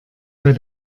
bei